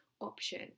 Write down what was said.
option